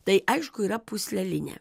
tai aišku yra pūslelinė